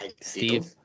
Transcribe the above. Steve